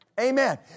Amen